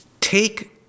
Take